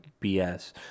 BS